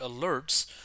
alerts